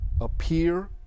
appear